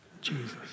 Jesus